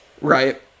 right